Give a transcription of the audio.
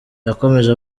yakomeje